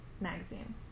magazine